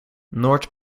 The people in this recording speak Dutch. noord